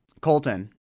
Colton